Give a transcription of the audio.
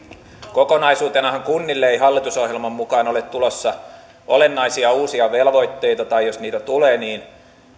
kokonaisuutenahan kunnille ei hallitusohjelman mukaan ole tulossa olennaisia uusia velvoitteita tai jos niitä tulee niin